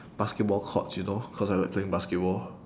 basketball courts you know cause I like playing basketball